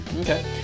Okay